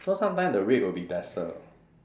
so sometimes the rate will be lesser